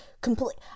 complete